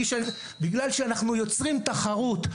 בגלל שאנחנו יוצרים תחרות,